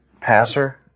passer